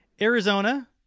Arizona